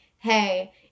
hey